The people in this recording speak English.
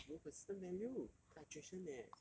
need consistent value titration eh